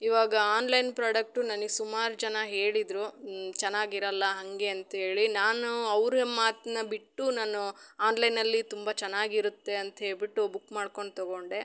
ಇವಾಗ online product ನನ್ಗೆ ಸುಮಾರು ಜನ ಹೇಳಿದರು ಚೆನ್ನಾಗಿರಲ್ಲ ಹಾಗೆ ಅಂತೇಳಿ ನಾನು ಅವ್ರು ಮಾತನ್ನ ಬಿಟ್ಟು ನಾನು ಆನ್ಲೈನಲ್ಲಿ ತುಂಬ ಚೆನ್ನಾಗಿರುತ್ತೆ ಅಂತ ಹೇಳಿಬಿಟ್ಟು ಬುಕ್ ಮಾಡ್ಕೊಂಡು ತೊಗೊಂಡೆ